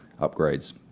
upgrades